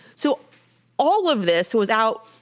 so all of this was out.